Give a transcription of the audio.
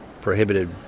prohibited